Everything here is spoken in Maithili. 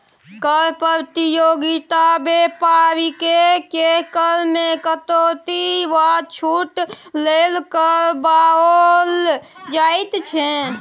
कर प्रतियोगिता बेपारीकेँ कर मे कटौती वा छूट लेल करबाओल जाइत छै